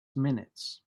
minutes